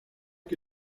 que